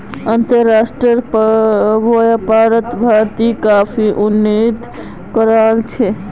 अंतर्राष्ट्रीय व्यापारोत भारत काफी उन्नति कराल छे